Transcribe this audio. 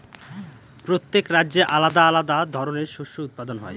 প্রত্যেক রাজ্যে আলাদা আলাদা ধরনের শস্য উৎপাদন হয়